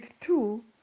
two